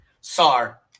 Sar